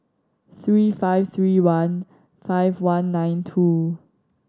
three five three one five one nine two